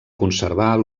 conservar